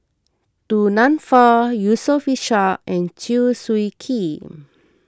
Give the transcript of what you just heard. Du Nanfa Yusof Ishak and Chew Swee Kee